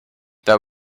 that